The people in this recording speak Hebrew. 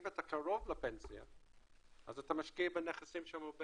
אם אתה קרוב לפנסיה אתה משקיע בנכסים שהם הרבה